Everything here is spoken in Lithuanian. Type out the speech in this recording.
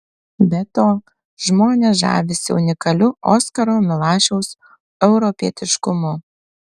be to žmonės žavisi unikaliu oskaro milašiaus europietiškumu